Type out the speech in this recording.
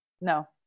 No